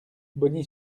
bogny